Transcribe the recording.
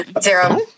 Zero